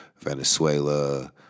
Venezuela